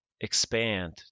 expand